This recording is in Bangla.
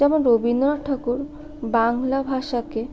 এবং রবীন্দ্রনাথ ঠাকুর বাংলা ভাষাকে